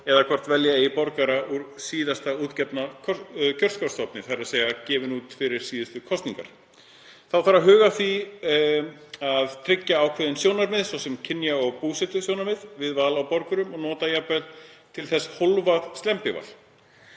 eða hvort velja eigi borgara úr síðasta útgefna kjörskrárstofni, þ.e. sem gefinn var út fyrir síðustu kosningar. Þá þarf að huga að því að tryggja ákveðin sjónarmið, svo sem kynja- og búsetusjónarmið, við val á borgurum og nota jafnvel til þess svokallað hólfað slembival.